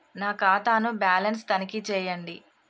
నా ఖాతా ను బ్యాలన్స్ తనిఖీ చేయండి?